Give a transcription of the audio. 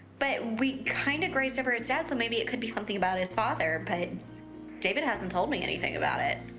but we kind of grazed over his dad, so maybe it could be something about his father. but david hasn't told me anything about it.